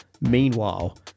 Meanwhile